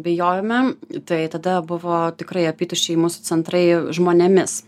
bijojome tai tada buvo tikrai apytuščiai mūsų centrai žmonėmis